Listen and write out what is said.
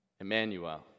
Emmanuel